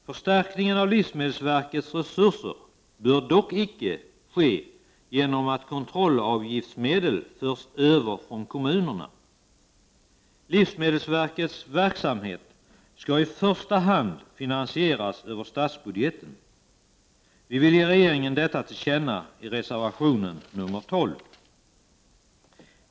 Förstärkningen av livsmedelsverkets resurser bör dock inte ske genom att kontrollavgiftsmedel förs över från kommunerna. Livsmedelsverkets verksamhet skall i första hand finansieras över statsbudgeten. Vi vill ge regeringen detta till känna i reservation nr 12.